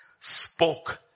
spoke